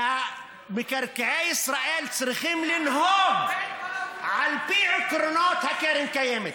ומקרקעי ישראל צריכים לנהוג על פי עקרונות קרן קיימת.